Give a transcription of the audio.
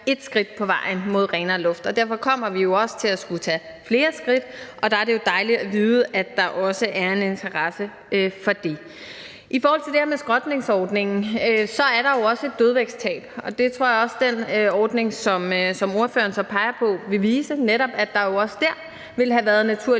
ét skridt på vejen mod renere luft. Derfor kommer vi jo også til at skulle tage flere skridt, og der er det dejligt at vide, at der også er en interesse for det. I forhold til det her med skrotningsordningen er der jo et dødvægtstab, og det tror jeg også den ordning, som ordføreren peger på, vil vise, netop at der også der ville have været en naturlig